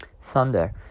Thunder